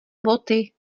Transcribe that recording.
boty